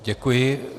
Děkuji.